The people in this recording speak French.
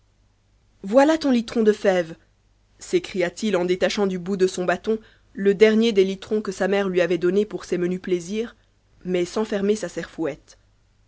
voilà ton litron do fèves s'écria-t-il en detacitant du bout de son bâton te dernier des litrons que sa mère lui avait donnés pour ses menus plaisirs mais sans fermer sa serfouette